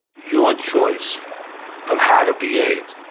your choice of how to behave.